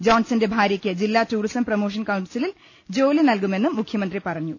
ജോൺസന്റെ ഭാര്യക്ക് ജില്ലാ tourism promotion കൌൺസിലിൽ ജോലി നൽകുമെന്നും മുഖ്യമന്ത്രി പറഞ്ഞു